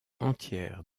entières